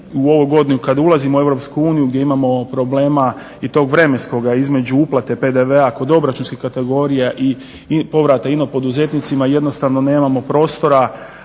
u ovoj godini kad ulazimo u EU gdje imamo problema i tog vremenskoga između uplate PDV-a kod obračunskih kategorija i povrata ino-poduzetnicima jednostavno nemamo prostora